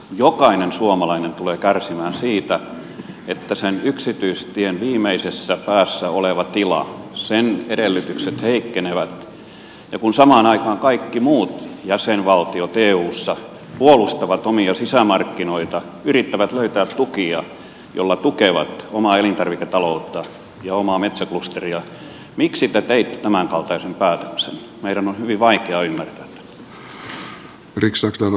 jokainen suomalainen tulee kärsimään siitä että yksityistien viimeisessä päässä olevan tilan edellytykset heikkenevät ja kun samaan aikaan kaikki muut jäsenvaltiot eussa puolustavat omia sisämarkkinoita yrittävät löytää tukia joilla tukevat omaa elintarviketaloutta ja omaa metsäklusteria miksi te teitte tämänkaltaisen päätöksen